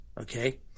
Okay